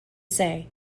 say